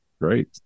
Great